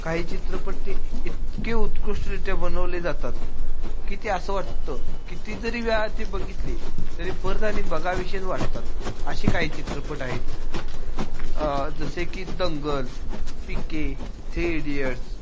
काही चित्रपट ते इतके उत्कृष्टरित्या बनवले जातात की ते असं वाटतं कितीतरी वेळा ते बघितले तरी परत आणि बघावेशेच वाटतात असे काही चित्रपट आहेत जसे की दंगल पि के थ्री इडियट्स